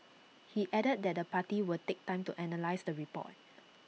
he added that the party would take time to analyse the report